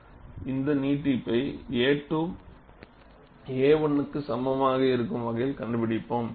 இந்த நீட்டிப்பை A 2 A 1 க்கு சமமாக இருக்கும் வகையில் கண்டுபிடிப்போம்